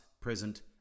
present